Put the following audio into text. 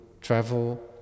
travel